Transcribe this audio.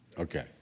Okay